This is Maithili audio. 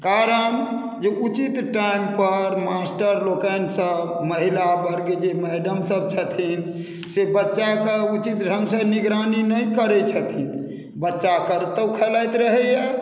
कारण जे उचित टाइम पर मास्टर लोकनि सभ महिला वर्ग जे मैडम सभ छथिन से बच्चाके उचित ढङ्गसँ निगरानी नहि करैत छथिन बच्चा कतहुँ खेलैत रहैया